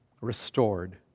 restored